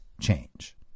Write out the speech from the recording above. change